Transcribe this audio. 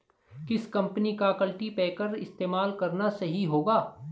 किस कंपनी का कल्टीपैकर इस्तेमाल करना सही होगा?